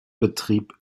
betrieb